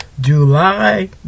July